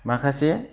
माखासे